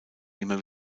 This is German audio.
immer